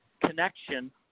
connection